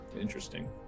interesting